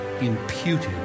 imputed